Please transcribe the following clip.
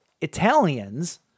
Italians